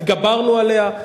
התגברנו עליה,